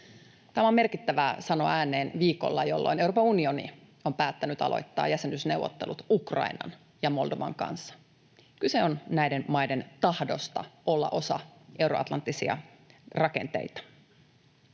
Tämä on merkittävää sanoa ääneen viikolla, jolloin Euroopan unioni on päättänyt aloittaa jäsenyysneuvottelut Ukrainan ja Moldovan kanssa. Kyse on näiden maiden tahdosta olla osa euroatlanttisia rakenteita.